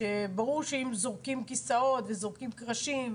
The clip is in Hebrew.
ברור שאם זורקים כיסאות וזורקים קרשים,